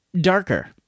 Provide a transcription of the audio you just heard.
darker